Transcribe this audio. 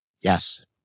Yes